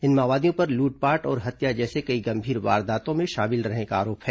इन माओवादियों पर लूटपाट और हत्या जैसे कई गंभीर वारदातों में शामिल रहने का आरोप है